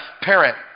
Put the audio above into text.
parent